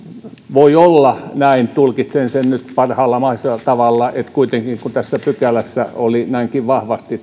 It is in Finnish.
voi olla näin tulkitsen sen nyt parhaalla mahdollisella tavalla että kuitenkaan kun tässä pykälässä oli näinkin vahvasti tämä